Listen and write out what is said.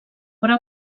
però